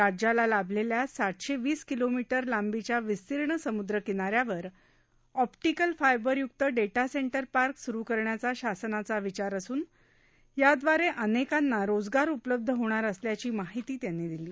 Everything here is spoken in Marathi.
राज्याला लाभलेल्या सातशे वीस किलो मीटर लांबीच्या विस्तीर्ण समुद्रकिनाऱ्यावर ऑप्टिकल फायबरयुक्त डेटा सेंटर पार्क सुरू करण्याचा शासनाचा विचार असून याद्वारे अनेकांना रोजगार उपलब्ध होणार असल्याची माहिती त्यांनी यावेळी दिली